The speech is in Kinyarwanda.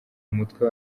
umutwe